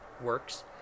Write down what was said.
works